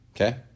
Okay